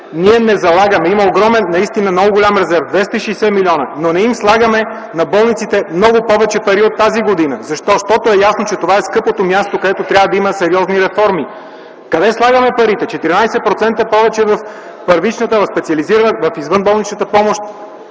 ние не залагаме. Има огромен, наистина много голям резерв – 260 милиона, но на болниците не им слагаме много повече пари от тази година. Защо? Защото е ясно, че това е скъпото място, където трябва да има сериозни реформи. Къде слагаме парите? Четиринадесет процента повече – в първичната, в специализираната, в извънболничната помощ.